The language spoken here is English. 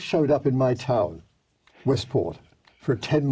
showed up in my town westport for ten